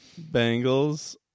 Bengals